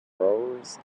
rows